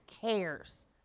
cares